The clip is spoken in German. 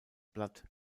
blatt